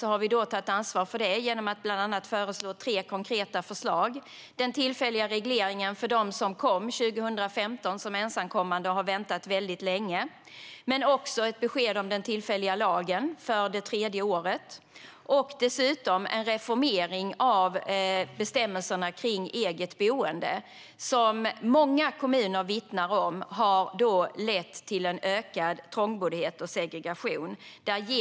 Vi har tagit ansvar för det genom att bland annat lägga fram tre konkreta förslag: den tillfälliga regleringen för dem som kom 2015 som ensamkommande och har väntat väldigt länge, ett besked om den tillfälliga lagen för det tredje året samt en reformering av bestämmelserna kring eget boende, som många kommuner vittnar om har lett till ökad trångboddhet och segregation.